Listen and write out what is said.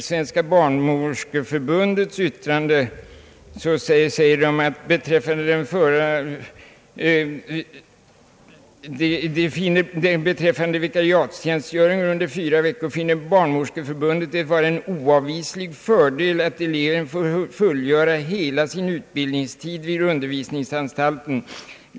Svenska barnmorskeförbundet har i sitt yttrande anfört: »Beträffande den föreslagna vikariatstjänstgöringen under 4 veckor finner Barnmorskeförbundet det vara en oavvislig fördel att eleven får fullgöra hela sin utbildningstid vid undervisningsanstalten.